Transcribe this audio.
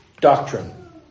doctrine